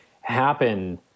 happen